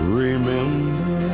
remember